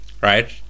Right